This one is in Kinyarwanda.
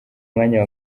mwanya